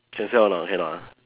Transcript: can sell or not cannot ah